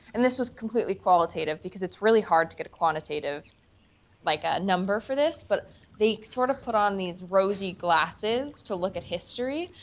and this was completely qualitative, because it's really hard to get a quantitative like a number for this but the sort of put on these rosy glasses to look at history.